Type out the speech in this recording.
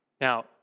Now